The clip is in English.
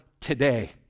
today